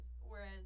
Whereas